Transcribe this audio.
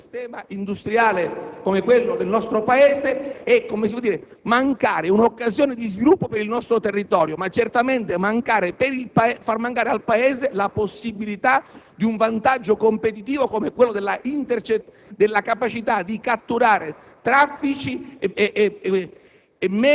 di un sistema industriale come quello del nostro Paese, significa mancare un'occasione di sviluppo per il nostro territorio e certamente privare il Paese della possibilità di un vantaggio competitivo, come quello derivante dalla capacità di catturare traffici e